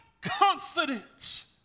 confidence